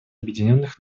объединенных